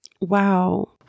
Wow